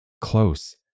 close